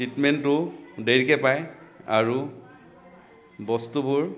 ট্ৰিটমেণ্টটো দেৰিকৈ পাই আৰু বস্তুবোৰ